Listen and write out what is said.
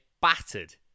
battered